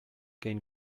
gain